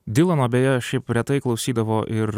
dylano beje šiaip retai klausydavo ir